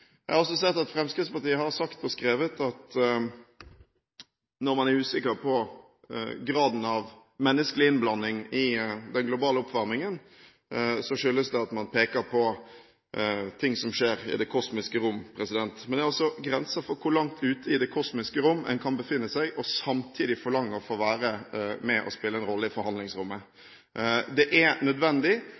Jeg har også sett at Fremskrittspartiet har sagt og skrevet at når man er usikker på graden av menneskelig innblanding i den globale oppvarmingen, skyldes det at man peker på ting som skjer i det kosmiske rom. Men det er grenser for hvor langt ute i det kosmiske rom man kan befinne seg – og samtidig forlange å få være med og spille en rolle i forhandlingsrommet. Det er nødvendig